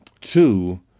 two